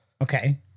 Okay